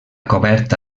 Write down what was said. coberta